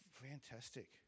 Fantastic